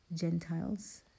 Gentiles